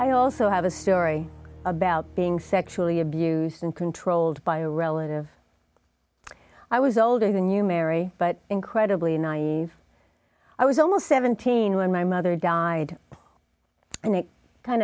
i also have a story about being sexually abused and controlled by a relative i was older than you mary but incredibly naive i was almost seventeen when my mother died and it kind